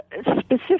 specific